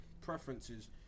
preferences